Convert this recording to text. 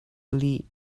lih